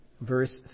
verse